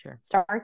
start